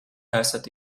esat